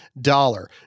dollar